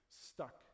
stuck